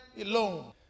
alone